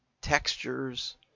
Textures